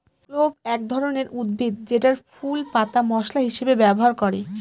clove এক ধরনের উদ্ভিদ যেটার ফুল, পাতা মশলা হিসেবে ব্যবহার করে